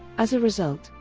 as a result,